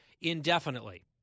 indefinitely